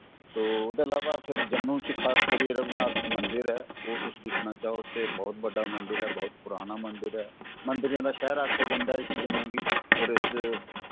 ते ओह्दे अलावा फिर जम्मू च खास करियै रघुनाथ मंदिर ऐ ओह् तुस दिक्खना चाहो ते ब्हौत बड्डा मंदर ऐ बहुत पराना मंदर ऐ मंदरें दा शैह्र आखेआ जंदा इस्सी जम्मू गी और इस